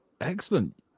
Excellent